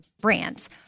brands